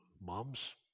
moms